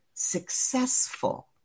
Successful